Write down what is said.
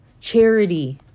charity